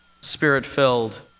spirit-filled